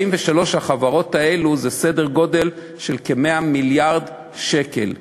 43 החברות האלה זה סדר גודל של כ-100 מיליארד שקל שמשתחררים.